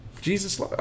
Jesus